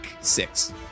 Six